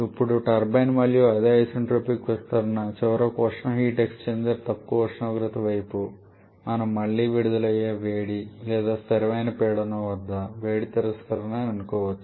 ఇప్పుడు టర్బైన్ మళ్ళీ అది ఐసెన్ట్రోపిక్ విస్తరణ మరియు చివరకు ఉష్ణ హీట్ ఎక్స్చెంజర్ తక్కువ ఉష్ణోగ్రత వైపు మళ్ళీ మనం విడుదలయ్యే వేడి లేదా స్థిరమైన పీడనం వద్ద వేడి తిరస్కరణ అని అనుకోవచ్చు